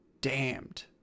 damned